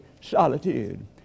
solitude